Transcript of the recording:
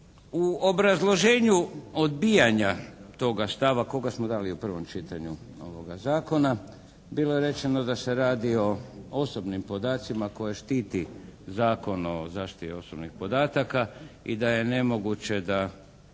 U obrazloženju odbijanja toga stava koga smo dali u prvom čitanju ovoga zakona bilo je rečeno da se radi o osobnim podacima koje štiti Zakon o zaštiti osobnih podataka i da je nemoguće da